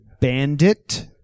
Bandit